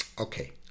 Okay